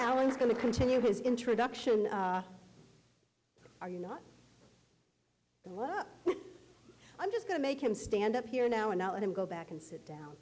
alan's going to continue his introduction are you not i'm just going to make him stand up here now and not let him go back and sit down